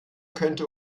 könnte